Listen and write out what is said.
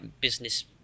business